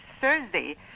Thursday